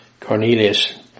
Cornelius